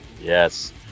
Yes